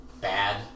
bad